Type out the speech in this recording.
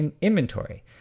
inventory